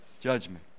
judgment